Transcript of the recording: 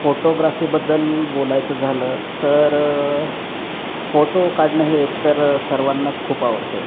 फोटोग्राफीबद्दल बोलायचं झालं तर फोटो काढणं हे एकतर सर्वांनाच खूप आवडते